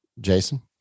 Jason